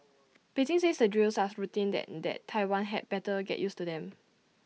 Beijing says the drills us routine that that Taiwan had better get used to them